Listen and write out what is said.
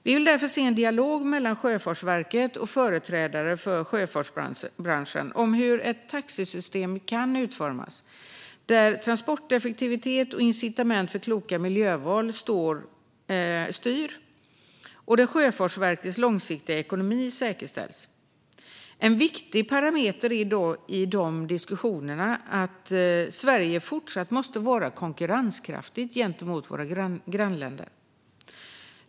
Vi vill därför se en dialog mellan Sjöfartsverket och företrädare för sjöfartsbranschen om hur ett taxesystem kan utformas, där transporteffektivitet och incitament för kloka miljöval styr och där Sjöfartsverkets långsiktiga ekonomi säkerställs. En viktig parameter i dessa diskussioner är att Sverige fortsatt måste vara konkurrenskraftigt gentemot sina grannländer.